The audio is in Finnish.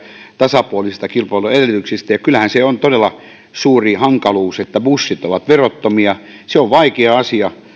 tasapuolisista kilpailu edellytyksistä ja kyllähän se on todella suuri hankaluus että bussit ovat verottomia se on vaikea asia